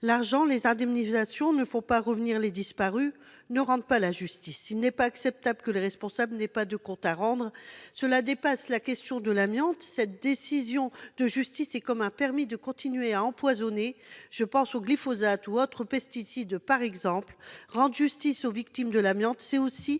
L'argent et les indemnisations ne font pas revenir les disparus, pas plus qu'ils ne rendent la justice. Il n'est pas acceptable que les responsables n'aient pas de comptes à rendre. Cela dépasse la question de l'amiante. Cette décision de justice est comme un permis de continuer à empoisonner. Je pense au glyphosate ou autres pesticides, par exemple. Rendre justice aux victimes de l'amiante, c'est aussi